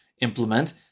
implement